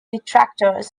detractors